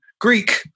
Greek